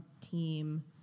team